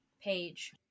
page